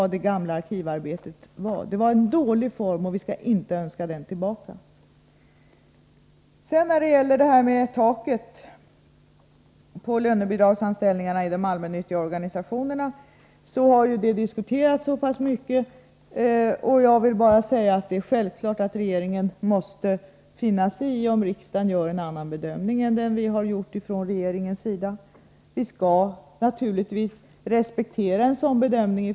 Det gamla arkivarbetet var en dålig form av stöd, och vi skall inte önska det tillbaka. Taket för lönebidragsanställningarna i de allmännyttiga organisationerna har varit föremål för omfattande diskussioner. Jag vill bara säga att det är självklart att regeringen måste finna sig i om riksdagen gör en annan bedömning än den regeringen har gjort. Vi skall naturligtvis respektera en sådan bedömning.